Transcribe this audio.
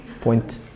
Point